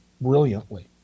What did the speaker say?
brilliantly